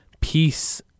peace